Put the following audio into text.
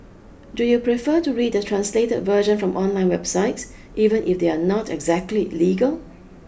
do you prefer to read the translated version from online websites even if they are not exactly legal